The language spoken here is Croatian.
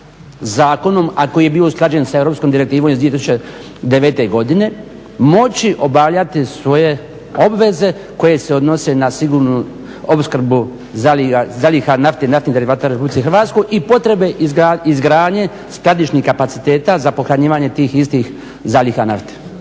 zakonom, a koji je bio usklađen sa europskom direktivom iz 2009. godine, moći obavljati svoje obveze koje se odnose na sigurnu opskrbu zaliha naftne i naftnih derivata u RH i potrebe izgradnje skladišnih kapaciteta za pohranjivanje tih istih zaliha nafte?